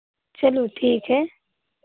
चलो ठीक है